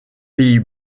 pays